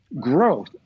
growth